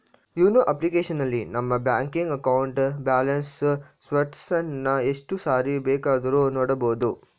YONO ಅಪ್ಲಿಕೇಶನಲ್ಲಿ ನಮ್ಮ ಬ್ಯಾಂಕಿನ ಅಕೌಂಟ್ನ ಬ್ಯಾಲೆನ್ಸ್ ಸ್ಟೇಟಸನ್ನ ಎಷ್ಟು ಸಾರಿ ಬೇಕಾದ್ರೂ ನೋಡಬೋದು